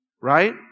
right